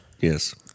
Yes